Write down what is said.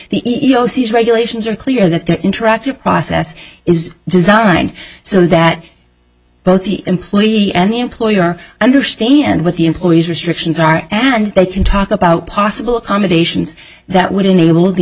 c regulations are clear that the interactive process is designed so that both the employee and employer understand what the employee's restrictions are and they can talk about possible accommodations that would enable the